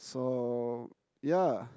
so ya